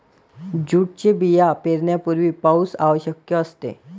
जूटचे बिया पेरण्यापूर्वी पाऊस आवश्यक असते